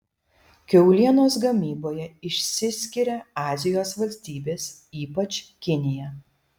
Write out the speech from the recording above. kiaulienos gamyboje išsiskiria azijos valstybės ypač kinija